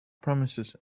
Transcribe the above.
promises